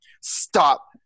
Stop